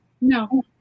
No